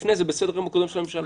לפני זה בסדר-היום הקודם של הממשלה,